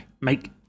Make